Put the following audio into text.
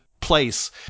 place